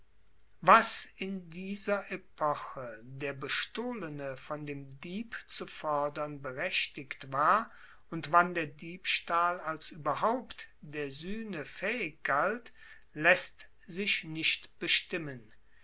was in dieser epoche der bestohlene von dem dieb zu fordern berechtigt war und wann der diebstahl als ueberhaupt der suehne faehig galt laesst sich nicht bestimmen